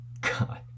God